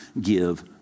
give